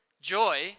joy